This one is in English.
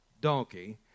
donkey